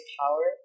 power